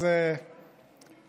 סוף קורס.